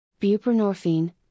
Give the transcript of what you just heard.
Buprenorphine